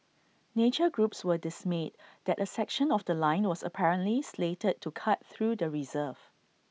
nature groups were dismayed that A section of The Line was apparently slated to cut through the reserve